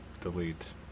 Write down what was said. delete